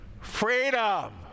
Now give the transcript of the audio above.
freedom